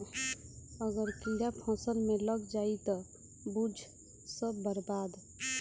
अगर कीड़ा फसल में लाग गईल त बुझ सब बर्बाद